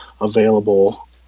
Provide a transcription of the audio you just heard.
available